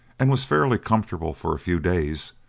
and was fairly comfortable for a few days,